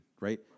right